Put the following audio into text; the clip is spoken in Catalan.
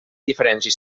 diferència